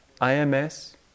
IMS